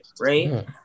right